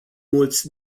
mulți